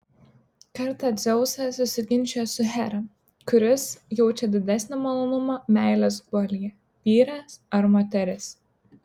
kartą dzeusas susiginčijo su hera kuris jaučia didesnį malonumą meilės guolyje vyras ar moteris